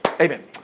Amen